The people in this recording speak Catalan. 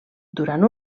durant